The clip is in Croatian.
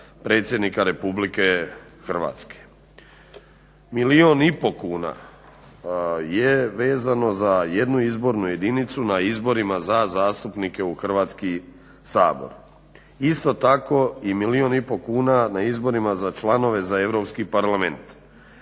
predsjednika RH. Milion i pol kuna je vezano za jednu izbornu jedinicu na izborima za zastupnike u Hrvatski sabor. Isto tako i milion i pol kuna na izborima za članove za Europski parlament.